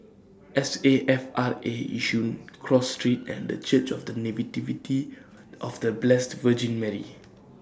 S A F R A Yishun Cross Street and The Church of The Nativity of The Blessed Virgin Mary